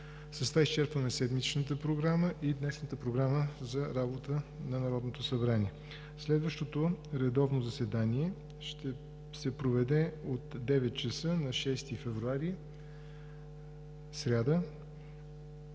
С това изчерпахме седмичната и днешната Програма за работата на Народното събрание. Следващото редовно заседание ще се проведе от 9,00 ч. на 6 февруари 2019